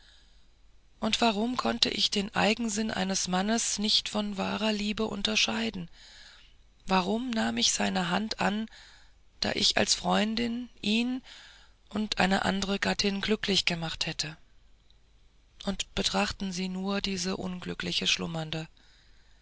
und warum konnte ich den eigensinn eines mannes nicht von wahrer liebe unterscheiden warum nahm ich seine hand an da ich als freundin ihn und eine andre gattin glücklich gemacht hätte und betrachten sie nur diese unglückliche schlummernde